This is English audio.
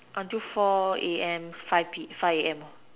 until four A_M five five